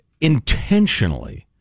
intentionally